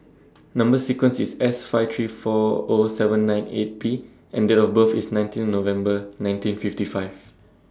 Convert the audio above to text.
Number sequence IS S five three four O seven nine eight P and Date of birth IS nineteen November nineteen fifty five